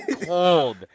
cold